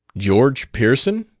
george pearson?